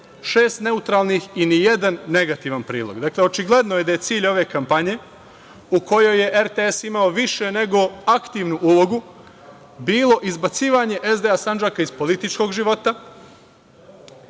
šest neutralnih i nijedan negativan prilog. Dakle, očigledno je da je cilj ove kampanje u kojoj je RTS imao više nego aktivnu ulogu, bilo izbacivanje SDA Sandžaka iz političkog života,